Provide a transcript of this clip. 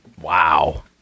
Wow